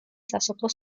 სასოფლო